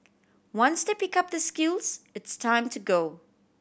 once they pick up the skills it's time to go